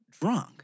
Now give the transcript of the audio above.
drunk